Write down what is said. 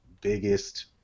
biggest